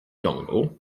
dongle